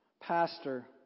pastor